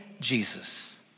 Jesus